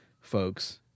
folks